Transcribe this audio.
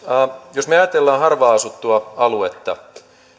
jos me ajattelemme harvaan asuttua aluetta